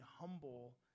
humble